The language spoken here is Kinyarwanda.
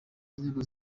inzego